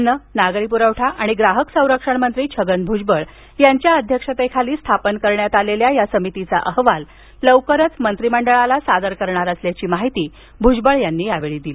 अन्न नागरी प्रवठा आणि ग्राहक संरक्षण मंत्री छगन भूजबळ यांच्या अध्यक्षतेखाली स्थापन करण्यात आलेल्या या समितीचा अहवाल लवकरच मंत्रिमंडळाला सादर करणार असल्याची माहिती भुजबळ यांनी यावेळी दिली